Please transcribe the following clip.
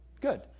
Good